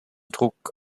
druck